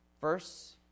Verse